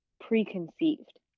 preconceived